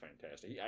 fantastic